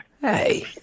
hey